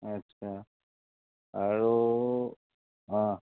আচ্ছা আৰু অঁ